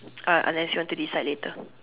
are unless you want to decide later